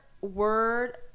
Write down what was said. word